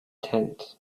tent